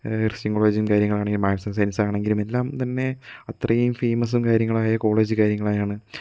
Christian കോളേജും കാര്യങ്ങളാണെങ്കില് മാക്സും സയന്സുമാണെങ്കിലും എല്ലാം തന്നെ അത്രയും ഫേമസ് കാര്യങ്ങളായ കോളേജ് കാര്യങ്ങളായാണ്